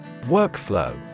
Workflow